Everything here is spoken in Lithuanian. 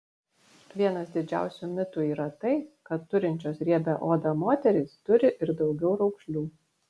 vienas didžiausių mitų yra tai kad turinčios riebią odą moterys turi ir daugiau raukšlių